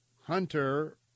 Hunter